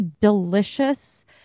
delicious